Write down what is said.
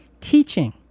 teaching